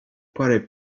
parę